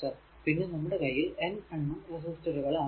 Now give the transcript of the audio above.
പിന്നെ നമ്മുടെ കയ്യിൽ n എണ്ണം റെസിസ്റ്ററുകൾ ആണ് ഉള്ളത്